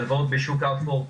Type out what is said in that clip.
הלוואות בשוק האפור,